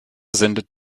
sendet